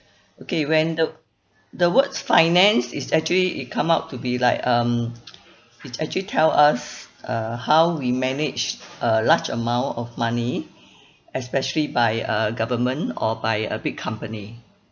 okay when the the words finance is actually it come out to be like um it's actually tell us uh how we manage a large amount of money especially by a government or by a big company